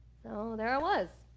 so there i was